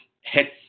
hits